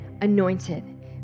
anointed